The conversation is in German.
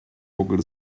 ruckelt